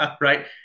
right